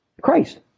Christ